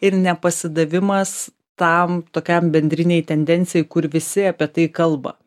ir nepasidavimas tam tokiam bendrinei tendencijai kur visi apie tai kalba